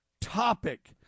topic